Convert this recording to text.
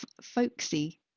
folksy